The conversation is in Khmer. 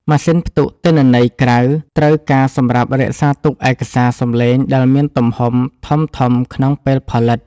ម៉ាស៊ីនផ្ទុកទិន្នន័យក្រៅ ត្រូវការសម្រាប់រក្សាទុកឯកសារសំឡេងដែលមានទំហំធំៗក្នុងពេលផលិត។